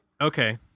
Okay